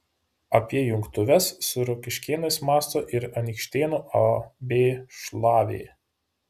apie jungtuves su rokiškėnais mąsto ir anykštėnų ab šlavė